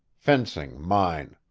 fencing mine.